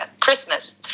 Christmas